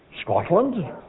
Scotland